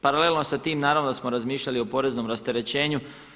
Paralelno s tim naravno da smo razmišljali o poreznom rasterećenju.